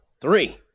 three